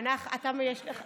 ביום רביעי.